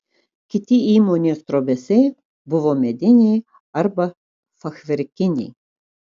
kiti įmonės trobesiai buvo mediniai arba fachverkiniai